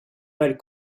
mal